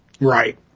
Right